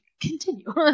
continue